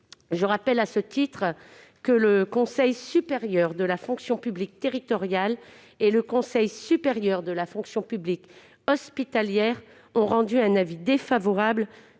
Je rappelle, à ce titre, que le Conseil supérieur de la fonction publique territoriale et le Conseil supérieur de la fonction publique hospitalière ont rendu un avis défavorable